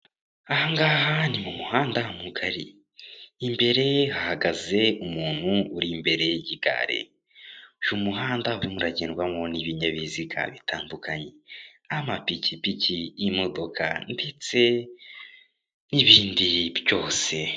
Ahangaha ni mu muhanda mugari, imbere hahagaze umuntu uri imbere y' igare. Uyu muhanda urimo uragendwamo n'ibinyabizga bitandukanye, amapikipiki, imodoka ndetse n'ibindi byose.